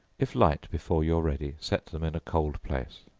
if light before you are ready, set them in a cold place.